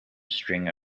string